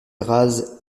rase